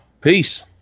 Peace